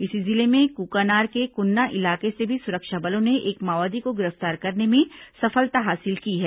इसी जिले में कुकानार के कुन्ना इलाके से भी सुरक्षा बलों ने एक माओवादी को गिरफ्तार करने में सफलता हासिल की है